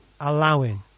allowing